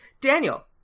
Daniel